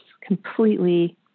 completely